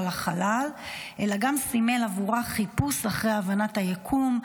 לחלל אלא גם סימן עבורה חיפוש אחרי הבנת היקום,